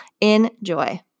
enjoy